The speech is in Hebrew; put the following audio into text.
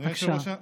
בבקשה.